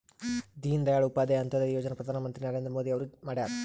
ದೀನ ದಯಾಳ್ ಉಪಾಧ್ಯಾಯ ಅಂತ್ಯೋದಯ ಯೋಜನಾ ಪ್ರಧಾನ್ ಮಂತ್ರಿ ನರೇಂದ್ರ ಮೋದಿ ಅವ್ರು ಮಾಡ್ಯಾರ್